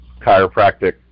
chiropractic